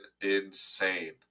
insane